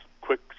quick